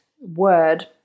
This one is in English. word